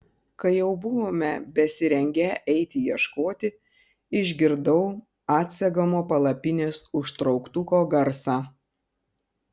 kai jau buvome besirengią eiti ieškoti išgirdau atsegamo palapinės užtrauktuko garsą